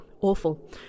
awful